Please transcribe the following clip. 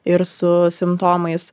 ir su simptomais